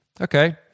Okay